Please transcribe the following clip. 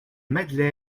monsieur